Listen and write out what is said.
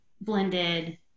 blended